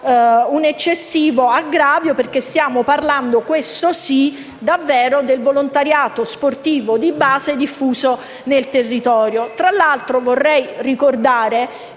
un eccessivo aggravio perché stiamo parlando - questo sì davvero - del volontariato sportivo di base diffuso sul territorio. Tra l'altro, vorrei ricordare che